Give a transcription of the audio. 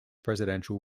presidential